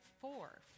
four